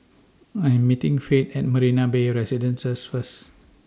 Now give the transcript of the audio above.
I Am meeting Faith At Marina Bay Residences First